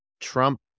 Trump